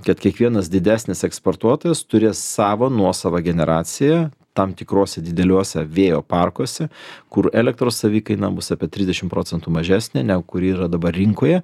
kad kiekvienas didesnis eksportuotojas turės savo nuosavą generaciją tam tikruose dideliuose vėjo parkuose kur elektros savikaina bus apie trisdešim procentų mažesnė negu kuri yra dabar rinkoje